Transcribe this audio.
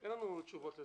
אין לנו תשובות לזה.